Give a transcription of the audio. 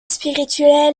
spirituel